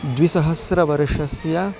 द्विसहस्रवर्षस्य